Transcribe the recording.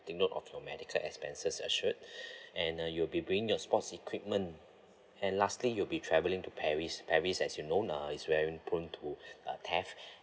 take note of your medical expenses as should and uh you'll be bringing your sports equipment and lastly you'll be travelling to paris paris as you known uh is very prone to uh theft